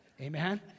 Amen